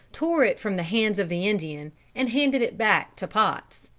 tore it from the hands of the indian, and handed it back to potts.